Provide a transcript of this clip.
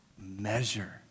measure